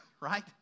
right